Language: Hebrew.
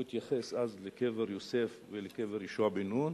הוא התייחס אז לקבר יוסף ולקבר יהושע בן נון,